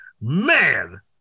man